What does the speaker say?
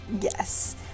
Yes